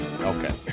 Okay